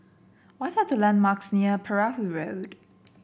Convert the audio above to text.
what are the landmarks near Perahu Road